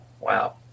Wow